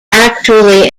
actually